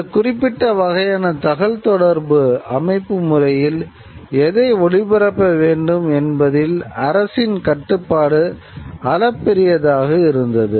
இந்த குறிப்பிட்ட வகையான தகவல் தொடர்பு அமைப்புமுறையில் எதை ஒளிபரப்ப வேண்டும் என்பதில் அரசின் கட்டுப்பாடு அளப்பெரியதாக இருந்தது